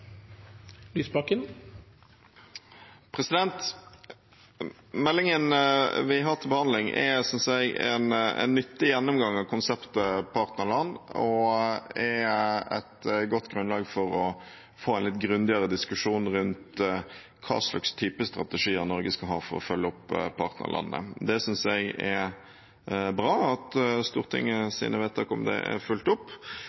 en nyttig gjennomgang av konseptet partnerland og et godt grunnlag for å få en litt grundigere diskusjon rundt hva slags typer strategier Norge skal ha for å følge opp partnerlandene. Jeg synes det er bra at Stortingets vedtak om det er fulgt opp,